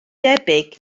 debyg